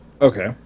Okay